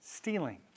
Stealing